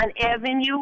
Avenue